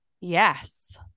Yes